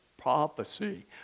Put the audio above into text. prophecy